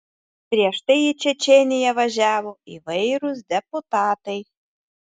prieš tai į čečėniją važiavo įvairūs deputatai